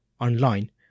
online